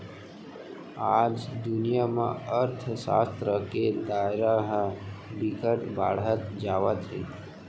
आज दुनिया म अर्थसास्त्र के दायरा ह बिकट बाड़हत जावत हे